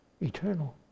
eternal